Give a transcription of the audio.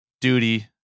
duty